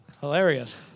Hilarious